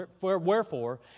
Wherefore